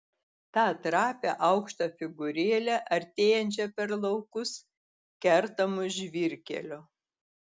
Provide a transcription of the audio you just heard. tą trapią aukštą figūrėlę artėjančią per laukus kertamus žvyrkelio